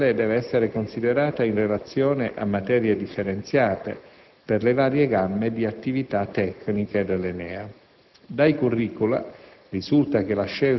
Inoltre, la competenza gestionale deve essere considerata in relazione a materie differenziate, per le varie gamme di attività tecniche dell'ENEA.